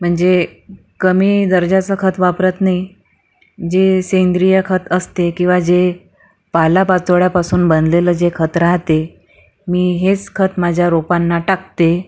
म्हणजे कमी दर्जाचं खत वापरत नाही जे सेंद्रिय खत असते किंवा जे पालापाचोळ्यापासून बनलेलं जे खत राहते मी हेच खत माझ्या रोपांना टाकते